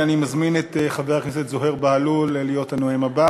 אני מזמין את זוהיר בהלול להיות הנואם הבא.